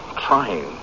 trying